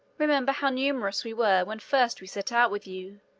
remember how numerous we were when first we set out with you,